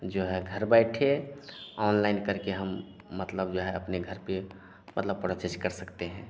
जो है घर बैठे ऑनलाइन करके हम मतलब जो है अपने घर पर मतलब पड़चेज कर सकते हैं